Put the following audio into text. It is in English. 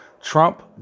Trump